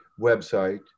website